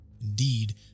indeed